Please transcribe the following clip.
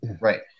Right